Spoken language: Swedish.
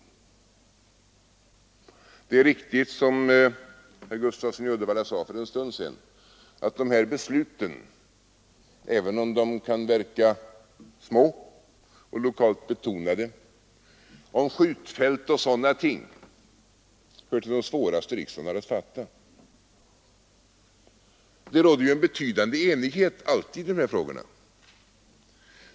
Det är riktigt som herr Gustafsson i Uddevalla sade för en stund sedan att de här besluten om skjutfält och sådana ting, även om de kan verka små och lokalt betonade, hör till de svåraste riksdagen har att fatta. Det råder alltid en betydande enighet i dessa frågor.